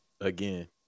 Again